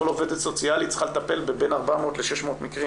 כל עובדת סוציאלית צריכה לטפל בבין 400 ל-600 מקרים.